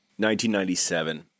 1997